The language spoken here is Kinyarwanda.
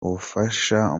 ubufasha